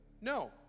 No